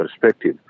perspective